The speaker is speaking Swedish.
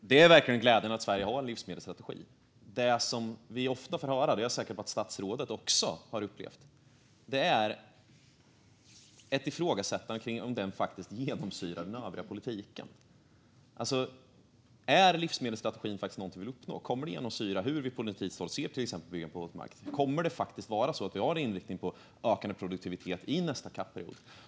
Herr talman! Det är verkligen glädjande att Sverige har en livsmedelsstrategi. Det vi ofta får höra är något jag är säker på att också statsrådet har upplevt: ett ifrågasättande av om den faktiskt genomsyrar den övriga politiken. Är livsmedelsstrategin faktiskt någonting vi vill uppnå? Kommer den att genomsyra hur vi från politikens håll ser till exempel på att bygga på åkermark? Kommer vi faktiskt att ha en inriktning på ökande produktivitet i nästa CAP-period?